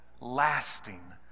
lasting